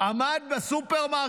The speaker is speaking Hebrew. הוא עמד בסופרמרקט,